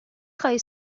خواهی